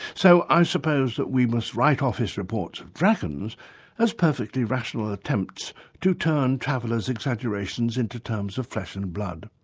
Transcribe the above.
so i suppose that we must write off his reports of dragons as perfectly rational attempts to turn travellers' exaggerations into terms of flesh and blood.